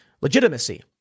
Legitimacy